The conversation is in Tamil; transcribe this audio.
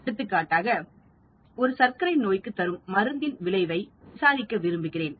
எடுத்துக்காட்டாக ஒரு சர்க்கரை நோய்க்கு தரும் மருந்தின் விளைவை விசாரிக்க விரும்புகிறேன்